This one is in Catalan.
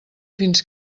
fins